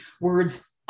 words